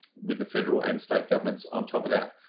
with the federal and state governments on top of that,